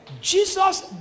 Jesus